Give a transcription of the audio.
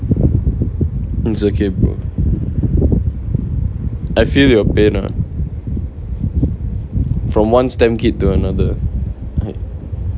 is okay bro I feel your pain uh from one STEM kid to another